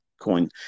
coin